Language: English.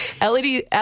LED